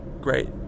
great